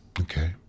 Okay